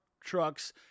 trucks